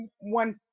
one